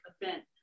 event